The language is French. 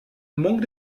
manque